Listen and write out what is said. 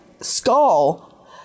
skull